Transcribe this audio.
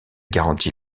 garantit